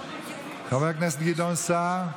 חבר הכנסת גדעון סער,